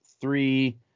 three